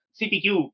CPQ